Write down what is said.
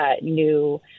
new